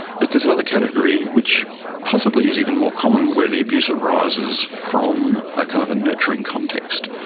but there's another category which possibly is even more common where the abuse arises from a kind of nurturing context.